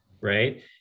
right